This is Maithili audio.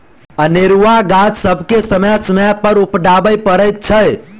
अनेरूआ गाछ सभके समय समय पर उपटाबय पड़ैत छै